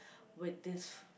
with this